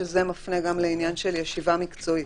שזה מפנה גם לעניין של ישיבה מקצועית,